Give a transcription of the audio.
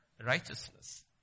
righteousness